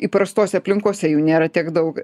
įprastose aplinkose jų nėra tiek daug